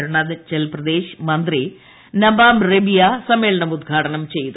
അരുണാചൽ പ്രദേശ് മുന്ത്രീ നിബാം റെബിയ സമ്മേളനം ഉദ്ഘാ ടനം ചെയ്തു